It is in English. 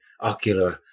ocular